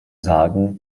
sagen